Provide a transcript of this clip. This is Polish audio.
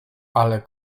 ale